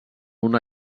una